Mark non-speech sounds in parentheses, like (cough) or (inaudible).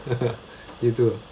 (laughs) you too